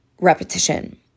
repetition